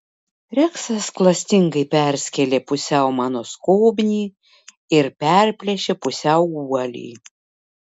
reksas klastingai perskėlė pusiau mano skobnį ir perplėšė pusiau guolį